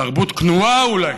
תרבות כנועה, אולי,